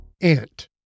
Ant